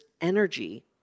energy